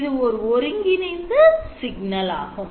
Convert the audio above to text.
இது ஓர் ஒருங்கிணைந்த சிக்னல் ஆகும்